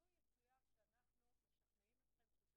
לא יצויר שאנחנו משכנעים אתכם שזה